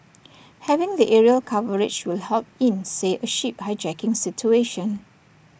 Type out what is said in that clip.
having the aerial coverage will help in say A ship hijacking situation